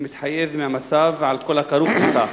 כמתחייב מהמצב, על כל הכרוך בכך?